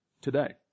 today